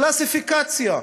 קלסיפיקציה.